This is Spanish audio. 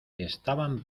estaban